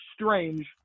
strange